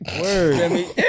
word